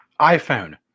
iPhone